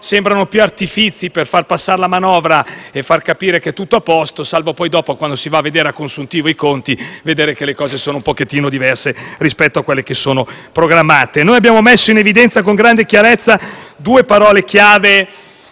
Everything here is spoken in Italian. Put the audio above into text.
sembrano piuttosto artifizi per far passare la manovra e far capire che è tutto a posto, salvo poi, quando si va a vedere a consuntivo i conti, rendersi conto che le cose sono un po' diverse rispetto a quelle programmate. Abbiamo messo in evidenza con grande chiarezza due elementi chiave